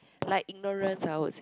like ignorance I would say